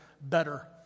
better